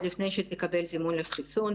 עוד לפני שתקבל זימון לחיסון,